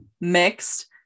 mixed